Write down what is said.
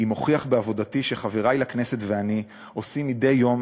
אם אוכיח בעבודתי שחברי לכנסת ואני עושים מדי יום